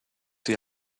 die